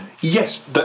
Yes